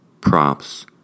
Props